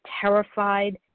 terrified